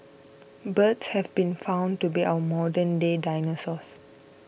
birds have been found to be our modern day dinosaurs